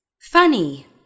Funny